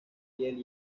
piel